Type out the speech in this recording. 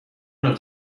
نوع